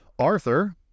Arthur